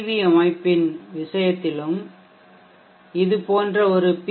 we அமைப்பின் விஷயத்தில் இது போன்ற ஒரு பி